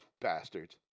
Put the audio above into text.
bastards